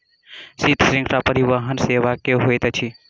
शीत श्रृंखला परिवहन सेवा की होइत अछि?